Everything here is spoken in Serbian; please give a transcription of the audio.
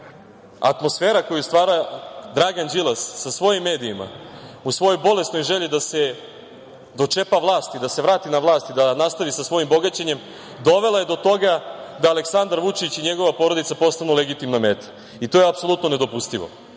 atmosfera koju stvara Dragan Đilas sa svojim medijima u svojoj bolesnoj želji da se dočepa vlasti, da se vrati na vlast i da nastavi sa svojim bogaćenjem, dovela je do toga da Aleksandar Vučić i njegova porodica postanu legitimna meta i to je apsolutno nedopustivo. Poslednje